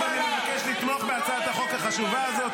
ואני מבקש לתמוך בהצעת החוק החשובה הזאת.